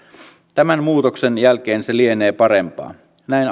tämän muutoksen jälkeen se lienee parempaa näin